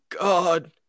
god